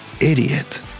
idiot